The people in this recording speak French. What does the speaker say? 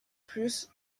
plus